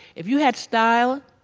if you had style,